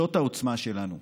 זאת העוצמה שלנו.